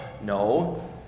No